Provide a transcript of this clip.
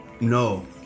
No